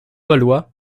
valois